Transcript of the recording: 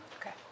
Okay